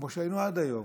כמו שהיינו עד היום,